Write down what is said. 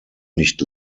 nicht